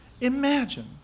Imagine